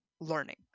learning